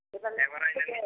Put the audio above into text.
एबार लेंहरबाय फैदो